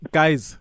guys